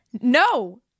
No